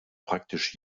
praktisch